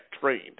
trained